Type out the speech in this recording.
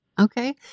Okay